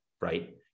right